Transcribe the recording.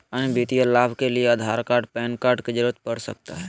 अन्य वित्तीय लाभ के लिए आधार कार्ड पैन कार्ड की जरूरत पड़ सकता है?